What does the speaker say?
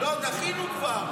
לא, דחינו כבר.